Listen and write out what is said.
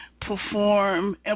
perform